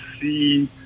see